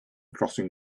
crossing